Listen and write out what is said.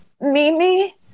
Mimi